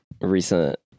recent